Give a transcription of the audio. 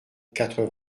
quatre